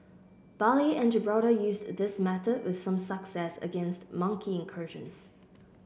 Bali and Gibraltar used this method with some success against monkey incursions